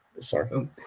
Sorry